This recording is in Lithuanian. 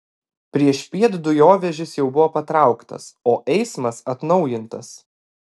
priešpiet dujovežis jau buvo patrauktas o eismas atnaujintas